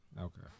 Okay